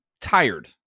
tired